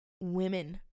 Women